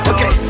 Okay